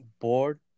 board